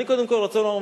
אני קודם כול רוצה לומר,